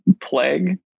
plague